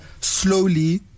slowly